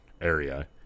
area